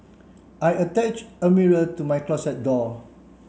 I attach a mirror to my closet door